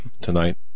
tonight